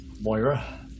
Moira